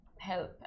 help